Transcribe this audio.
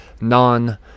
non-